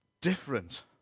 different